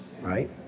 right